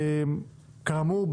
כאמור,